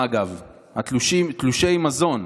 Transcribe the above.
תלושי המזון?